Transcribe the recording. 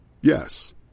Yes